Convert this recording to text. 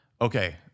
Okay